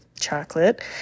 chocolate